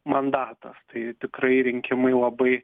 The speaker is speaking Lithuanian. mandatas tai tikrai rinkimai labai